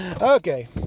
Okay